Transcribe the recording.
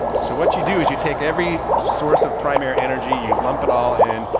so what you do is you take every source of primary energy, you'd lump it all in,